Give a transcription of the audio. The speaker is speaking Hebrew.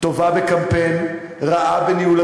לו ידעתי מה